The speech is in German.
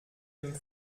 dem